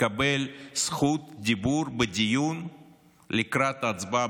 לקבל זכות דיבור בדיון לקראת ההצבעה